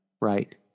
right